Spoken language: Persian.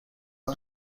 آهن